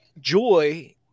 joy